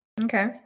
Okay